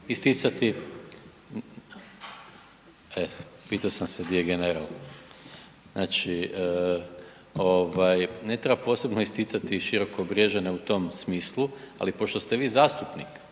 čuje./... E, pitao sam se di je general. Znači ne treba posebno isticati Širokobriježane u tom smislu, ali pošto ste vi zastupnik